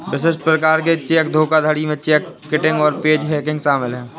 विशिष्ट प्रकार के चेक धोखाधड़ी में चेक किटिंग और पेज हैंगिंग शामिल हैं